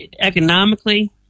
economically